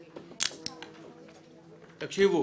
תקשיבו,